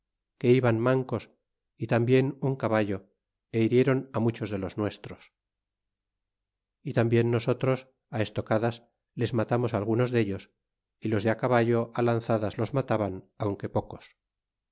que iban mancos y tarnbien un caballo é hiriéron á muchos de los nuestros y tambien nosotros a estocadas les matamos algunos dellos y los de caballo á lanzadas los mataban aunque pocos